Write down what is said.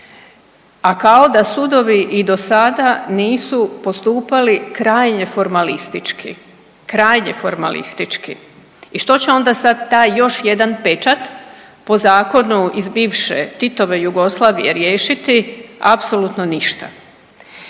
A kao da sudovi i dosada nisu postupali krajnje formalistički, krajnje formalistički. I što će onda sad taj još jedan pečat po zakonu iz bivše Titove Jugoslavije riješiti? Apsolutno ništa.